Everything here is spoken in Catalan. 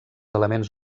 elements